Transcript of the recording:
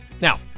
Now